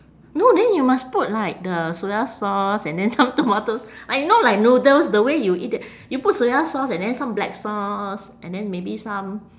no then you must put like the soya sauce and then some tomatoes like know like noodles the way you eat it you put soya sauce and then some black sauce and then maybe some